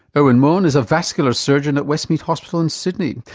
irwin mohan is a vascular surgeon at westmead hospital in sydney.